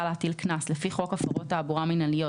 להטיל קנס לפי חוק הפרות תעבורה מינהליות,